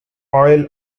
oil